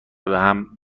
بهم